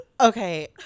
Okay